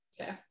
Okay